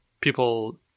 people